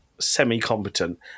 semi-competent